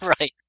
Right